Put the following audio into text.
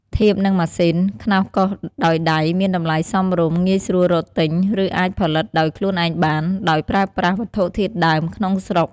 ធៀបនឹងម៉ាស៊ីន ខ្នោសកោសដោយដៃមានតម្លៃសមរម្យ ងាយស្រួលរកទិញ ឬអាចផលិតដោយខ្លួនឯងបាន ដោយប្រើប្រាស់វត្ថុធាតុដើមក្នុងស្រុក។